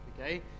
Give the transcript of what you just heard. okay